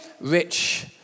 Rich